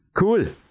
Cool